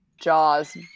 Jaws